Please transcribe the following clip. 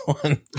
one